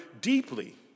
deeply